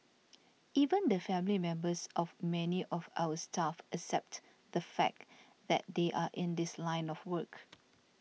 even the family members of many of our staff accept the fact that they are in this line of work